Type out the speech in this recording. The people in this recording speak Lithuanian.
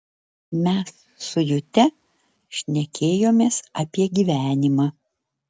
mes su jute šnekėjomės apie gyvenimą